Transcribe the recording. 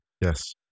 Yes